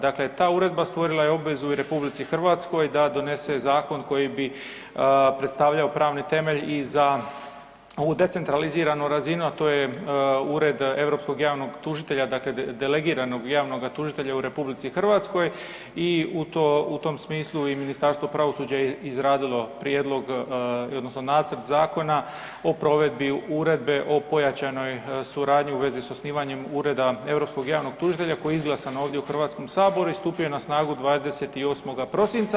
Dakle, ta Uredba stvorila je obvezu i RH da donese zakon koji bi predstavljao pravni temelj i za ovu decentraliziranu razinu, a to je Ured europskog javnog tužitelja, dakle delegiranog javnoga tužitelja u RH i u to, u tom smisli i Ministarstvo pravosuđa je izradilo prijedlog, odnosno nacrt zakona o provedbi Uredbe o pojačanoj suradnji u vezi s osnivanjem Ureda europskog javnog tužitelja koji je izglasan ovdje u HS-u i stupio je na snagu 28. prosinca.